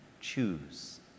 choose